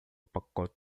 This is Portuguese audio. pacote